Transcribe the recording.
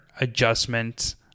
adjustments –